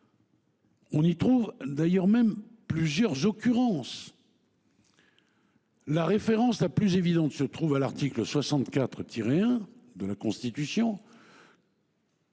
On y trouve en fait plusieurs occurrences. La référence la plus évidente se trouve à l’article 61 1 de la Constitution,